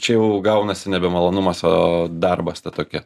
čia jau gaunasi nebe malonumas o darbas ta tokia